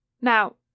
Now